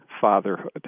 fatherhood